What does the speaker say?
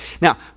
Now